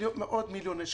במאות מיליוני שקלים.